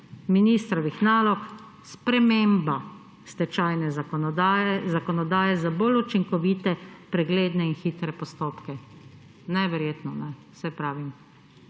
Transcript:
ministrovih nalog sprememba stečajne zakonodaje, zakonodaje za bolj učinkovite pregledne in hitre postopke. Neverjetno. Saj pravim,